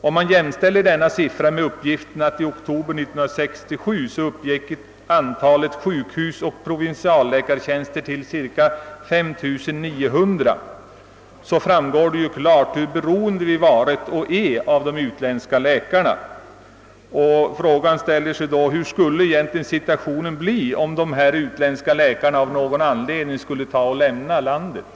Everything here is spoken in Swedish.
Om man jämför denna siffra med uppgiften, att i oktober 1967 uppgick antalet sjukhusoch provinsialläkartjänster till cirka 5 900, så framgår det klart, hur beroende vi varit och fortfarande är av de utländska läkarna. Frågan uppställer sig då: Hur skulle egentligen situationen bli, om dessa utländska läkare av någon anledning skulle lämna vårt land?